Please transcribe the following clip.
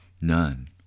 None